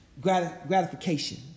gratification